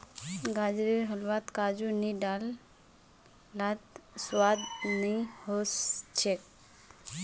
गाजरेर हलवात काजू नी डाल लात स्वाद नइ ओस छेक